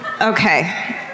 Okay